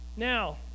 Now